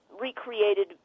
recreated